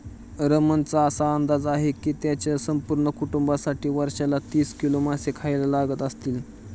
रमणचा असा अंदाज आहे की त्याच्या संपूर्ण कुटुंबासाठी वर्षाला तीस किलो मासे खायला लागत असतील